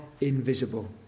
invisible